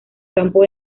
campo